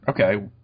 okay